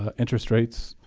ah interest rates